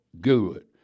good